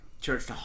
Church